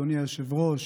אדוני היושב-ראש,